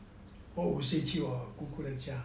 我五岁去我姑姑的家